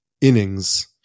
innings